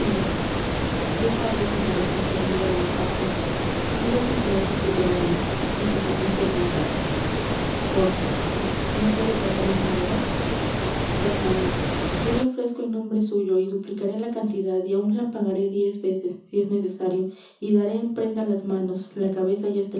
yo cargo con la responsabilidad de mis actos pido que se ejecute la ley y que se cumpla el contrato pórcia no puede pagar en dinero basanio yo le ofrezco en nombre suyo y duplicaré la cantidad y áun la pagaré diez veces si es necesario y daré en prenda las manos la cabeza y